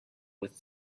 with